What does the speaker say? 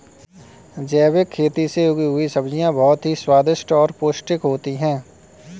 जैविक खेती से उगी हुई सब्जियां बहुत ही स्वादिष्ट और पौष्टिक होते हैं